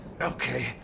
Okay